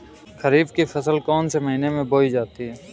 खरीफ की फसल कौन से महीने में बोई जाती है?